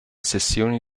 sessioni